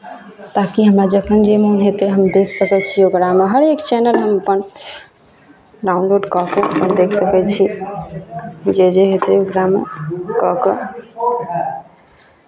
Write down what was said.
ताकि हमरा जखन जे मोन हेतै हम देख सकै छियै ओकरामे हरेक चैनल हम अपन डाउनलोड कऽ कऽ देख सकै छियै जे जे हेतै ओकरामे कऽ कऽ